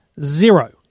zero